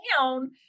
down